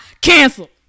Cancel